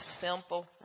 simple